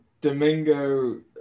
Domingo